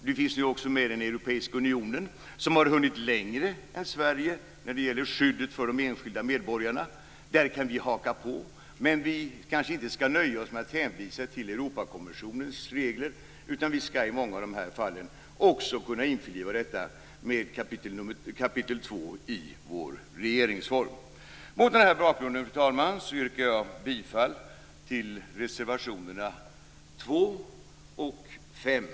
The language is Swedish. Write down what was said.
Vi finns nu också med i Europeiska unionen som har hunnit längre än Sverige när det gäller skyddet för de enskilda medborgarna. Där kan vi haka på, men vi skall kanske inte nöja oss med att hänvisa till Europakonventionens regler. I många av de här fallen skall vi också kunna införliva detta med 2 kap. i vår regeringsform. Fru talman! Mot den här bakgrunden yrkar jag bifall till reservationerna 2 och 5.